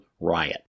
riot